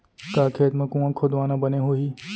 का खेत मा कुंआ खोदवाना बने होही?